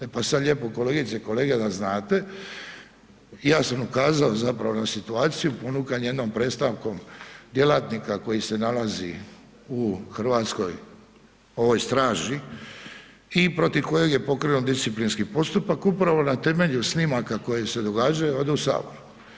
E pa sad, lijepo, kolegice i kolege, da znate, ja sam ukazao zapravo na situaciju ponukan jednom predstavkom djelatnika koji se nalazi u hrvatskoj, ovoj Straži i protiv kojeg je pokrenut disciplinski postupak upravo na temelju snimaka koji se događaju ovdje u Saboru.